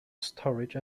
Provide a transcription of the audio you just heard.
storage